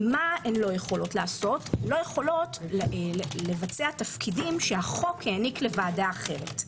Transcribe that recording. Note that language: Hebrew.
הן לא יכולות לבצע תפקידים שהחוק העניק לוועדה אחרת,